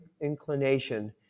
inclination